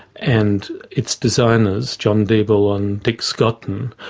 and its designers, john deeble and dick scotton,